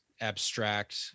abstract